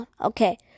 okay